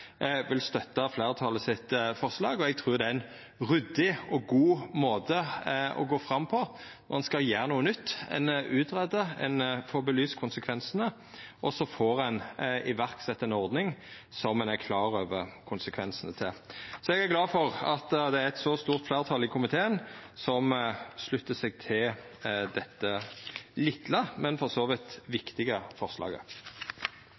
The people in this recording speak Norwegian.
vil støtta fleirtalet sitt forslag, og eg trur det er ein ryddig og god måte å gå fram på når ein skal gjera noko nytt: Ein greier ut, ein får belyst konsekvensane, og så får ein sett i verk ei ordning som ein er klar over konsekvensane av. Eg er glad for at det er eit så stort fleirtal i komiteen som sluttar seg til dette vesle, men for så vidt